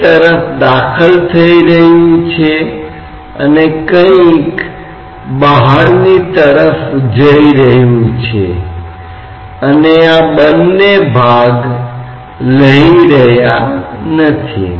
फिर जो भी दबाव होता है जो इस तरफ से काम कर रहा है वह तरल स्तंभ की ऊंचाई से संतुलित होता है और शीर्ष पर होता है